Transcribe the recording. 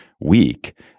weak